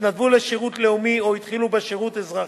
התנדבו לשירות לאומי או התחילו בשירות אזרחי,